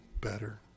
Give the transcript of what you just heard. better